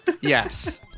Yes